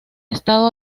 estado